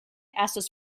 estas